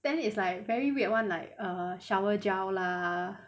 then is like very weird [one] like a shower gel lah